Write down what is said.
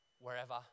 wherever